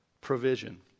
Provision